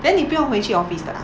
then 你不用回去 office 的 ah